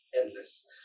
endless